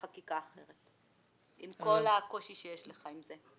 בחקיקה אחרת, עם כל הקושי שיש לך עם זה.